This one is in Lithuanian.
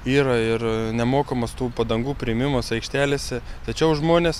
yra ir nemokamas tų padangų priėmimas aikštelėse tačiau žmonės